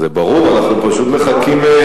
זה מקדם את